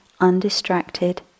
undistracted